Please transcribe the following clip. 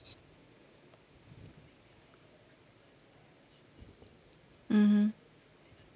mmhmm